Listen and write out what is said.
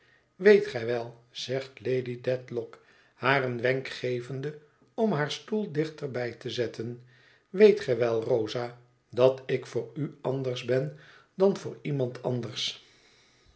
weet gij wel zegt lady dedlock haar een wenk gevende om haar stoel dichter bij te zetten weet gij wel rosa dat ik voor u anders ben dan voor iemand anders